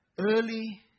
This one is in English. Early